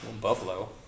Buffalo